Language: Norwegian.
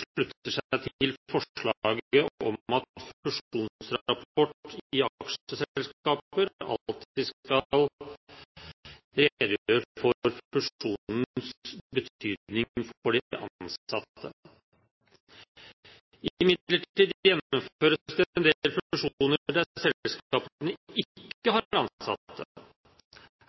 slutter seg til forslaget om at fusjonsrapport i aksjeselskaper alltid skal redegjøre for fusjonens betydning for de ansatte. Imidlertid gjennomføres det en del fusjoner der selskapene ikke har